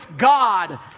God